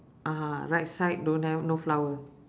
(uh huh) right side don't have no flower